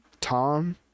tom